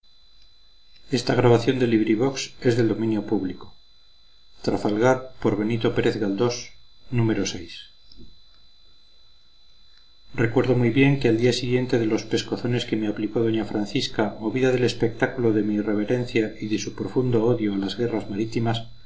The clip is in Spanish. recuerdo muy bien que al día siguiente de los pescozones que me aplicó d francisca movida del espectáculo de mi irreverencia y de su profundo odio a las guerras marítimas